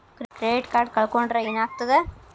Credit card ಕಳ್ಕೊಂಡ್ರ್ ಏನಾಗ್ತದ?